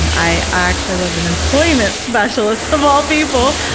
um i actually was an employment specialist, of all people,